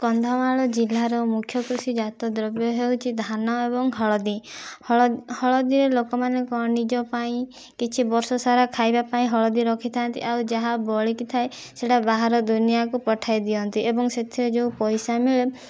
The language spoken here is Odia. କନ୍ଧମାଳ ଜିଲ୍ଲାର ମୁଖ୍ୟ କୃଷି ଜାତ ଦ୍ରବ୍ୟ ହଉଛି ଧାନ ଏବଂ ହଲଦୀ ହଳଦୀରେ ଲୋକମାନେ କ'ଣ ନିଜ ପାଇଁ କିଛି ବର୍ଷସାରା ଖାଇବା ପାଇଁ ହଲଦୀ ରଖିଥାଆନ୍ତି ଆଉ ଯାହା ବଳିକି ଥାଏ ସେଇଟା ବାହାର ଦୁନିଆକୁ ପଠାଇ ଦିଅନ୍ତି ଏବଂ ସେଥିରେ ଯେଉଁ ପଇସା ମିଳେ